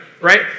right